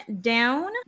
down